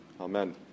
Amen